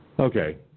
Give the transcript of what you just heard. Okay